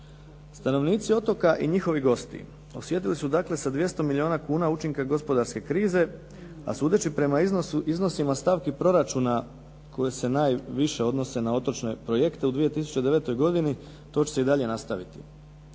Stanovnici otoka i njihovi gosti osjetili su dakle sa 200 milijuna kuna učinka gospodarske krize, a sudeći prema iznosima stavki proračuna koje se najviše odnose na otočne projekte u 2009. godini to će se i dalje nastaviti.